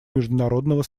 международного